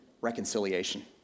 reconciliation